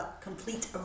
complete